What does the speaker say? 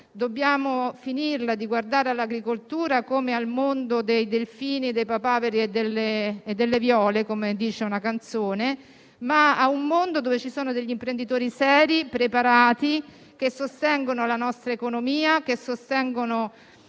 Dobbiamo finirla di guardare all'agricoltura come al mondo dei delfini, dei papaveri e delle viole, come spesso si dice, perché è un mondo nel quale ci sono degli imprenditori seri e preparati, che sostengono la nostra economia e il nostro